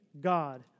God